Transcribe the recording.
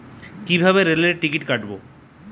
কিভাবে রেলের টিকিট কাটব?